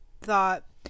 thought